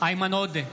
איימן עודה,